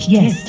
Yes